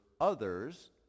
others